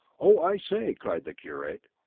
oh, i say, cried the curate.